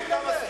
אתה מסכים לזה?